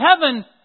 heaven